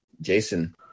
Jason